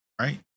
right